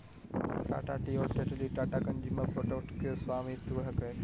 Tata tea और Tetley Tata consumer products के स्वामित्व हकय